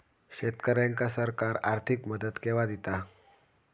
शेतकऱ्यांका सरकार आर्थिक मदत केवा दिता?